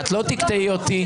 את לא תקטעי אותי.